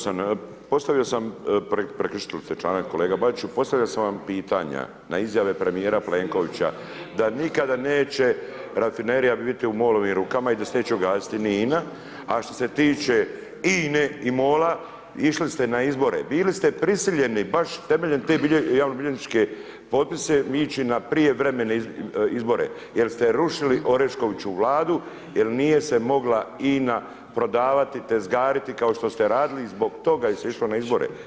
238. postavio sam, prekršili ste članak kolega Bačiću, postavio sam vam pitanja na izjave premijera Plenkovića, da nikada neće rafinerija biti u MOL-ovim rukama i da se neće ugasiti ni INA, a što se tiče INE i MOL-a išli ste na izbore, bili ste prisiljeni baš temeljem te bilježničke, javnobilježničke potpise ići na prijevremene izbore jer ste rušili Oreškovićevu vladu jer nije se mogla INA prodavati, tezgariti kao što ste radili, zbog toga se išlo na izbore.